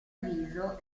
viso